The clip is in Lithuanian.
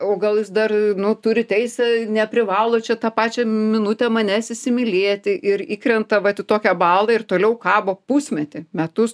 o gal jis dar nu turi teisę neprivalo čia tą pačią minutę manęs įsimylėti ir įkrenta vat į tokią balą ir toliau kabo pusmetį metus